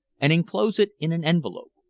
and enclose it in an envelope,